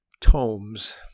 tomes